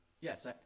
yes